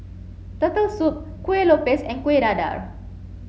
turtle soup Kuih Lopes and Kueh Dadar